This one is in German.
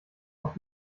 auf